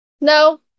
No